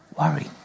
worry